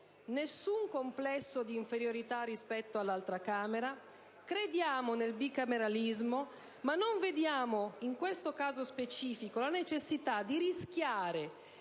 nessun complesso d'inferiorità rispetto all'altra Camera. Crediamo nel bicameralismo, ma non vediamo, in questo caso specifico, la necessità di rischiare